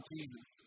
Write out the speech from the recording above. Jesus